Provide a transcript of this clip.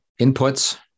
inputs